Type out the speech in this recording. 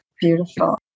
Beautiful